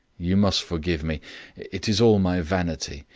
you must forgive me it is all my vanity.